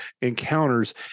encounters